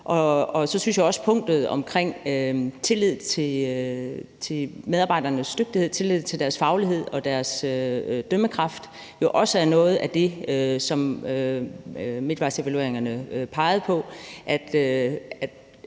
punktet om tillid til medarbejdernes dygtighed, deres faglighed og deres dømmekraft. Det er jo også noget af det, som midtvejsevalueringerne pegede på;